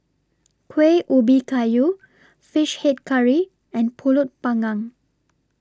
Kuih Ubi Kayu Fish Head Curry and Pulut Panggang